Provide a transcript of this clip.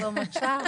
שלום עכשיו?